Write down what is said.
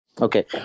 Okay